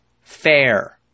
fair